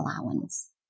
allowance